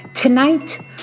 Tonight